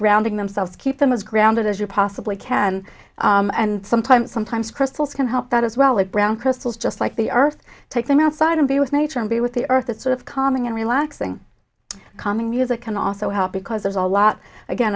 grounding themselves keep them as grounded as you possibly can and sometimes sometimes crystals can help that as well as brown crystals just like the earth take them outside and be with nature and be with the earth sort of calming and relaxing calming music can also help because there's a lot again